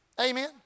Amen